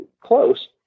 close